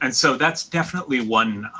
and so that's definitely one